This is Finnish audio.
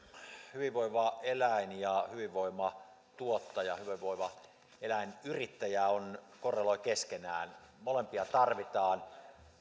hyvinvoiva eläin ja hyvinvoiva tuottaja hyvinvoiva eläinyrittäjä korreloivat keskenään molempia tarvitaan